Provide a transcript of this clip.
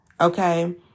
Okay